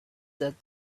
that